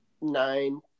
nine